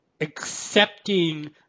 accepting